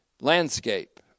landscape